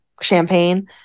champagne